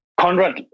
Conrad